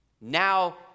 Now